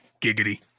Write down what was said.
Giggity